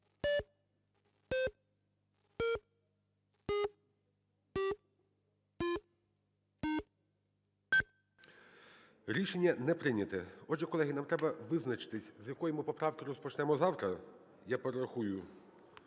Рішення не прийнято. Отже, колеги, нам треба визначитися, з якої ми поправки розпочнемо завтра, я перерахую.